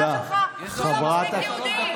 הוא לא מספיק יהודי.